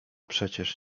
przecież